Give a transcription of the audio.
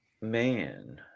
man